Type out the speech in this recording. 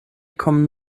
kommen